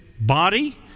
body